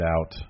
out